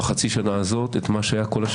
בחצי השנה הזו כבר הגיע מספר הנרצחים ועבר את